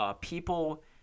People